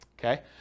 okay